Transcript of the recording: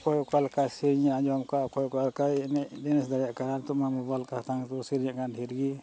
ᱚᱠᱚᱭ ᱚᱠᱟ ᱞᱮᱠᱟᱭ ᱥᱮᱨᱮᱧᱮ ᱟᱸᱡᱚᱢ ᱟᱠᱟᱫᱟ ᱚᱠᱚᱭ ᱚᱠᱟ ᱞᱮᱠᱟᱭ ᱮᱱᱮᱡ ᱡᱮᱱᱮᱥ ᱫᱟᱲᱮᱭᱟᱜ ᱠᱟᱱᱟ ᱱᱤᱛᱚᱜ ᱢᱟ ᱢᱳᱵᱟᱭᱤᱞ ᱞᱮᱠᱟ ᱦᱟᱛᱟᱝ ᱛᱮᱠᱚ ᱥᱮᱨᱮᱧᱮᱫ ᱠᱟᱱ ᱰᱷᱮᱨ ᱜᱮ